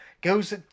Goes